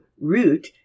root